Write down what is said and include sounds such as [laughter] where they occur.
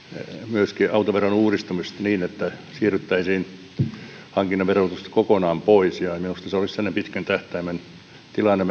myöskin autoveron uudistamista niin että siirryttäisiin hankinnan verotuksesta kokonaan pois ja ja minusta se olisi sellainen pitkän tähtäimen tilanne [unintelligible]